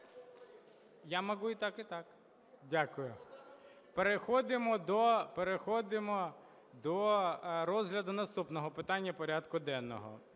Я могу и так, и так. Дякую. Переходимо до розгляду наступного питання порядку денного.